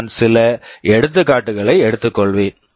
நான் சில எடுத்துக்காட்டுகளை எடுத்துக்கொள்வேன்